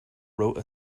wrote